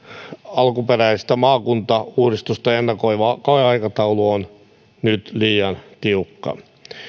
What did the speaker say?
alkuperäistä maakuntauudistusta ennakoiva kokeiluaikataulu on nyt liian tiukka